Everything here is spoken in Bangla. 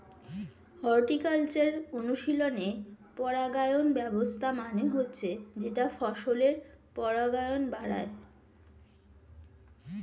হর্টিকালচারাল অনুশীলনে পরাগায়ন ব্যবস্থা মানে হচ্ছে যেটা ফসলের পরাগায়ন বাড়ায়